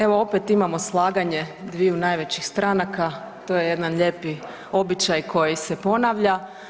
Evo opet imamo slaganje dviju najvećih stranaka, to je jedan veliki običaj koji se ponavlja.